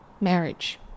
marriage